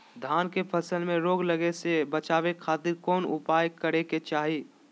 धान के फसल में रोग लगे से बचावे खातिर कौन उपाय करे के चाही?